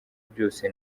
byose